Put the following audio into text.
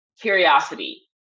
curiosity